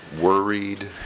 Worried